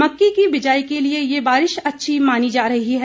मक्की की बिजाई के लिए ये बारिश अच्छी मानी जा रही है